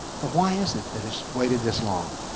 but why is it that it's waited this long?